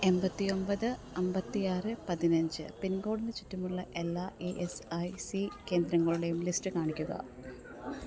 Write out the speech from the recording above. എൺപത്തി ഒൻപത് അമ്പത്തി ആറ് പതിനഞ്ച് പിൻ കോഡിന് ചുറ്റുമുള്ള എല്ലാ ഇ എസ് ഐ സി കേന്ദ്രങ്ങളുടേയും ലിസ്റ്റ് കാണിക്കുക